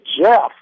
Jeff